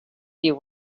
you